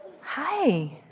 Hi